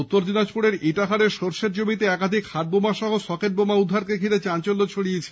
উত্তর দিনাজপুরের ইটাহারে সরষের জমিতে একাধিক হাত বোমা সহ সকেট বোমা উদ্ধারকে ঘিরে চাঞ্চল্য ছড়িয়েছে